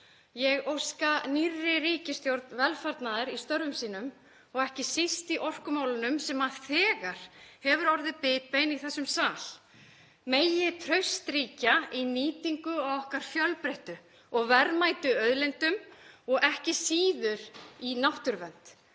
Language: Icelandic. Ég óska nýrri ríkisstjórn velfarnaðar í störfum sínum og ekki síst í orkumálunum sem þegar hafa orðið bitbein í þessum sal. Megi traust ríkja í nýtingu okkar fjölbreyttu og verðmætu auðlinda og ekki síður í náttúruvernd,